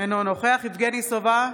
אינו נוכח יבגני סובה,